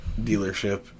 dealership